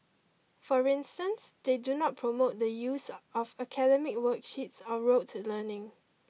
for instance they do not promote the use of academic worksheets or rote learning